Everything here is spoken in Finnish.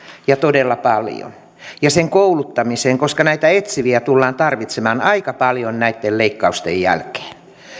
ja todella paljon ja siihen kouluttamiseen koska näitä etsiviä tullaan tarvitsemaan aika paljon näitten leikkausten jälkeen